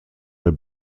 der